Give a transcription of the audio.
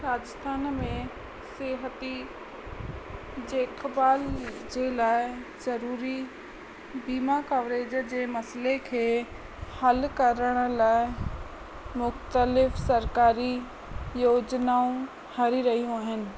राजस्थान में सिहती देखभाल जे लाइ ज़रूरी बीमा कवरेज जे मसाइले खे हलु करण लाइ मुखितलिफ़ सरकारी योजनाऊं हली रहियूं आहिनि